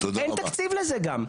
אין תקציב לזה גם.